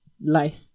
life